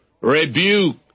rebuke